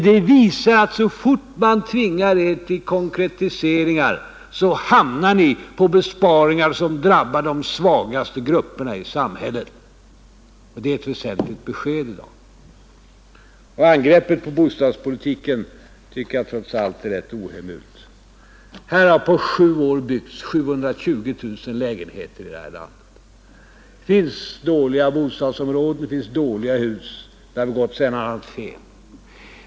Det visar att så fort man tvingar er till konkretiseringar så hamnar ni på besparingar som drabbar de svagaste grupperna i samhället, och det är ett väsentligt besked i dag. Angreppet på bostadspolitiken tycker jag trots allt är rätt ohemult. Det har på sju år byggts 720 000 lägenheter i det här landet. Det finns dåliga bostadsområden, det finns dåliga hus, det har säkert begåtts en del fel.